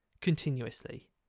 continuously